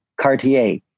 Cartier